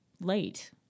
late